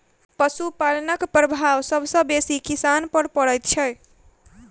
पशुपालनक प्रभाव सभ सॅ बेसी किसान पर पड़ैत छै